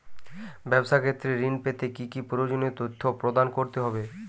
ব্যাবসা ক্ষেত্রে ঋণ পেতে কি কি প্রয়োজনীয় তথ্য প্রদান করতে হবে?